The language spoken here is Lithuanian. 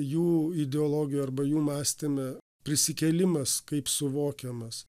jų ideologijoj arba jų mąstyme prisikėlimas kaip suvokiamas